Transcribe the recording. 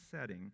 setting